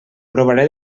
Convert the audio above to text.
provaré